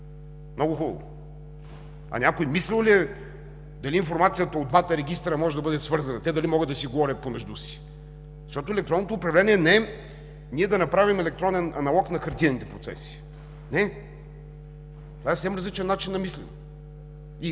Много хубаво! А някой мислил ли е дали информацията от двата регистъра може да бъде свързана, те дали могат да си говорят помежду си? Защото електронното управление не е да направим електронен аналог на хартиените процеси. Не! Това е съвсем различен начин на мислене.